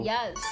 Yes